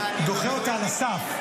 אבל אני --- דוחה אותה על הסף.